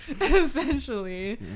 Essentially